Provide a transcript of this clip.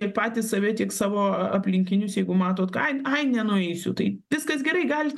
ir patys save tiek savo aplinkinius jeigu matot ai ai nenueisiu tai viskas gerai galit